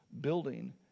building